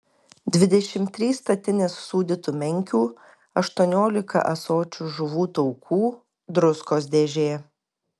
dvidešimt trys statinės sūdytų menkių aštuoniolika ąsočių žuvų taukų druskos dėžė